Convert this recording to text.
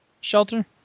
shelter